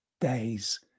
days